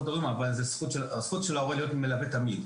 הורים אבל הזכות של ההורה להיות מלווה היא תמיד.